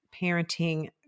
parenting